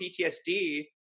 PTSD